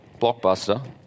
Blockbuster